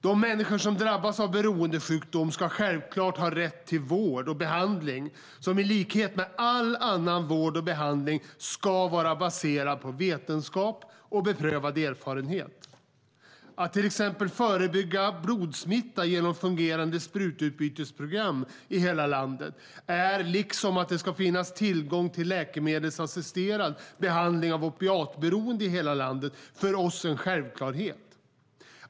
De människor som drabbas av beroendesjukdom ska självklart har rätt till vård och behandling, som i likhet med all annan vård och behandling är baserad på vetenskap och beprövad erfarenhet. Att till exempel förebygga blodsmitta genom fungerande sprututbytesprogram i hela landet är, liksom att det ska finnas tillgång till läkemedelsassisterad behandling av opiatberoende i hela landet, för oss en självklarhet.